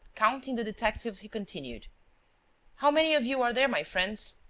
counting the detectives, he continued how many of you are there, my friends?